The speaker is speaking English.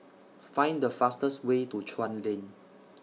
Find The fastest Way to Chuan Lane